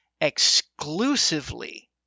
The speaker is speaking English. Exclusively